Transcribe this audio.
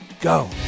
go